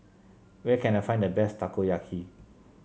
where can I find the best Takoyaki